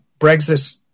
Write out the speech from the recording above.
Brexit